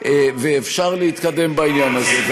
ואפשר להתקדם בעניין הזה.